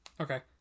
Okay